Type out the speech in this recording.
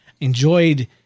enjoyed